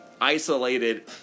isolated